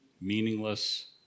meaningless